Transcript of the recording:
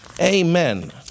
Amen